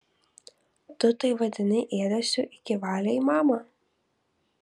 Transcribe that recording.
tu tai vadini ėdesiu iki valiai mama